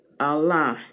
Allah